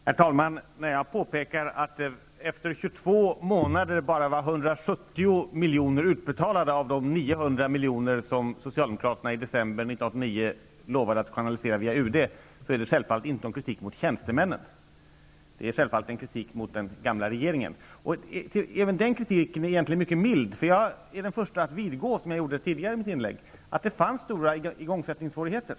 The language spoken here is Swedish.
Herr talman! När jag påpekade att det efter 22 månader bara var 170 miljoner utbetalade av de 900 lovade att kanalisera via UD, var det självfallet inte någon kritik mot tjänstemännen. Det är självfallet en kritik mot den gamla regeringen, och även den kritiken är egentligen mycket mild. Jag är nämligen den förste att vidgå, som jag gjorde i ett tidigare inlägg, att det fanns stora igångsättningssvårigheter.